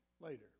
later